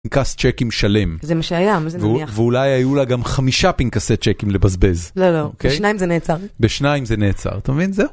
קאסט צ'קים שלם זה מה שהיה ואולי היו לה גם חמישה פנקסי צ'קים לבזבז, לא, לא בשניים זה נעצר, בשניים זה נעצר.